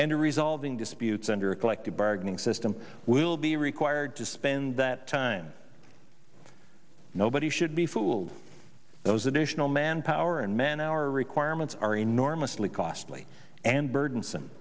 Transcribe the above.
and to resolving disputes under a collective bargaining system will be required to spend that time nobody should be fooled those additional manpower and man our requirements are enormously costly and burden